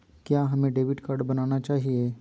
क्या हमें debit card बनाना चाहिए?